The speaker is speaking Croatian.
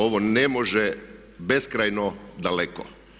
Ovo ne može beskrajno daleko.